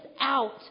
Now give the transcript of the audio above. out